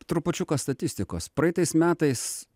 trupučiuką statistikos praeitais metais